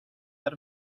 out